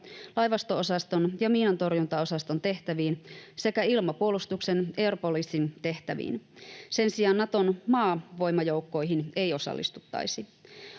laivasto-osaston ja miinantorjuntaosaston tehtäviin sekä ilmapuolustuksen air policing -tehtäviin. Sen sijaan Naton maavoimajoukkoihin ei osallistuttaisi.